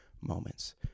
moments